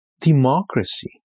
democracy